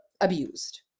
abused